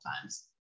times